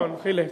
נכון, חילק.